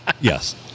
yes